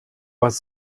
was